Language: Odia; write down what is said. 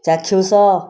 ଚାକ୍ଷୁଷ